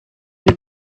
you